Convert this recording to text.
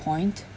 point